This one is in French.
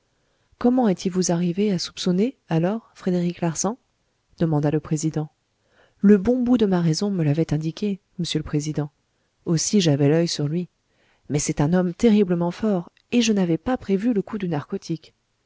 comment étiez-vous arrivé à soupçonner alors frédéric larsan demanda le président le bon bout de ma raison me l'avait indiqué m'sieur le président aussi j'avais l'œil sur lui mais c'est un homme terriblement fort et je n'avais pas prévu le coup du narcotique